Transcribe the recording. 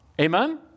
Amen